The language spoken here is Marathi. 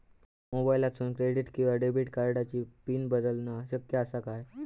मोबाईलातसून क्रेडिट किवा डेबिट कार्डची पिन बदलना शक्य आसा काय?